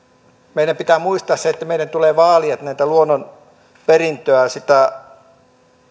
meidän pitää muistaa se että meidän tulee vaalia tätä luonnonperintöä sitä